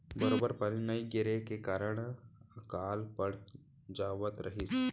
बरोबर पानी नइ गिरे के कारन अकाल पड़ जावत रहिस